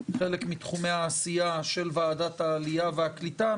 חלק מתחומי העשייה של ועדת העלייה והקליטה,